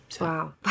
Wow